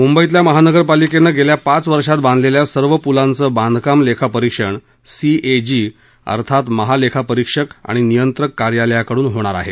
मुंबईतल्या महानगरपालिकेने गेल्या पाच वर्षात बांधलेल्या सर्व पुलांचं बांधकाम लेखापरिक्षण सी ए जी अर्थात महा लेखापरीक्षक आणि नियंत्रक कार्यालयाकडून होणार आहे